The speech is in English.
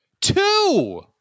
Two